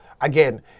again